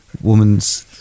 woman's